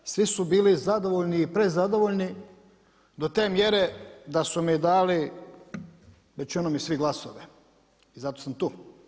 Svi su bili zadovoljni i prezadovoljni do te mjere, da su mi dali većinom i svi glasove i zato sam tu.